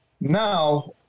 Now